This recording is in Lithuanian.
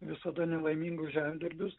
visada nelaimingus žemdirbius